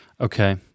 Okay